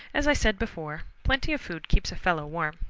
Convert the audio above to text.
as i said before, plenty of food keeps a fellow warm.